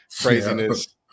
craziness